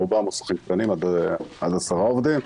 ברובם מוסכים קטנים עד 10 עובדים.